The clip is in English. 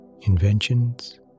inventions